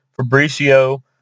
Fabricio